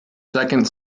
second